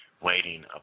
waiting